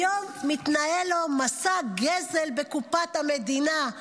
היום מתנהל לו מסע גזל בקופת המדינה.